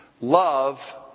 love